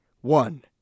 One